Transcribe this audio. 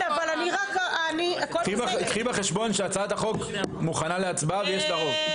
קחי בחשבון שהצעת החוק מוכנה ושיש לה רוב.